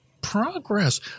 progress